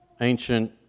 ancient